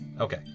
Okay